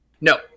no